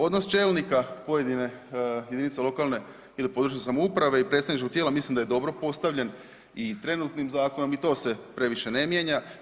Odnos čelnika pojedine jedinice lokalne ili područne samouprave i predstavničkog tijela mislim da je dobro postavljen i trenutnim zakonom i to se previše ne mijenja.